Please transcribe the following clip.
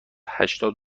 هشتاد